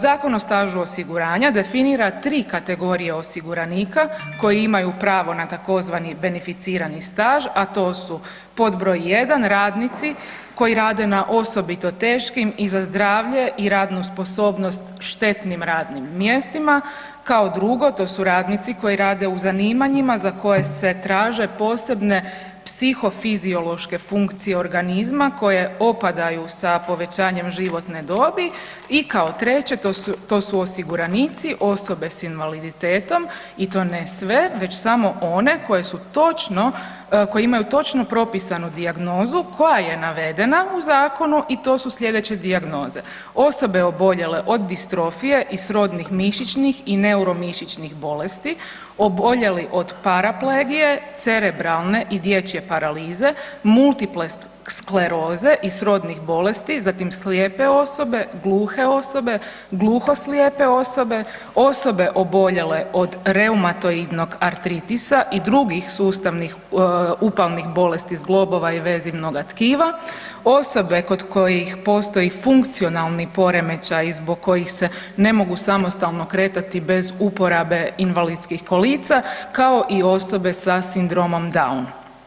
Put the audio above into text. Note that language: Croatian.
Zakon o stažu osiguranja definira tri kategorije osiguranika koji imaju pravo na tzv. beneficirani staž, a to su pod broj: 1) radnici koji rade na osobito teškim i za zdravlje i radnu sposobnost štetnim radnim mjestima, kao 2) to su radnici koji rade u zanimanjima za koje se traže posebne psihofiziološke funkcije organizma koje opadaju sa povećanjem životne dobi i kao 3) to su osiguranici osobe s invaliditetom i to ne sve, već samo one koje imaju točno propisanu dijagnozu koja je navedena u zakonu i to su sljedeće dijagnoze: osobe oboljele od distrofije i srodnih mišićnih i neuromišićnih bolesti, oboljeli od paraplegije, cerebralne i dječje paralize, multipleskleroze i srodnih bolesti, zatim slijepe osobe, gluhe osobe, gluhoslijepe osobe, osobe oboljele od reutomatoidnog artritisa i drugih sustavnih upalnih bolesti zglobova i vezivnoga tkiva, osobe kod kojih postoji funkcionalni poremećaj i zbog kojih se ne mogu samostalno kretati bez uporabe invalidskih kolica, kao i osobe sa sindromom Down.